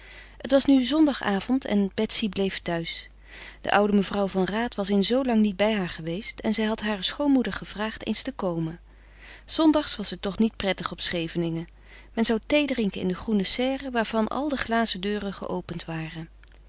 het was nu zondagavond en betsy bleef thuis de oude mevrouw van raat was in zoo lang niet bij haar geweest en zij had hare schoonmoeder gevraagd eens te komen zondags was het toch niet prettig op scheveningen men zou thee drinken in de groene serre waarvan al de glazen deuren geopend waren